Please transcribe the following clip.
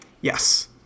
Yes